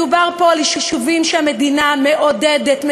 מדובר פה על יישובים שהמדינה מעודדת,